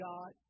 God